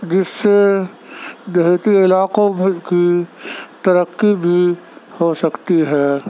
جس سے دیہتی علاقوں کی ترقی بھی ہو سکتی ہے